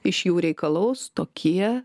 iš jų reikalaus tokie